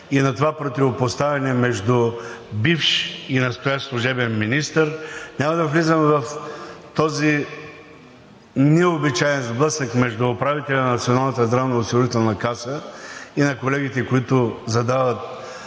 и на това противопоставяне между бивш и настоящ служебен министър, няма да влизам в този необичаен сблъсък между управителя на Националната здравноосигурителна каса и на колегите, които задават